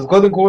קודם כל,